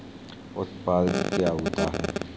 उत्पाद क्या होता है?